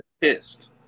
pissed